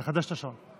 מחדש את השעון.